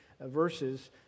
verses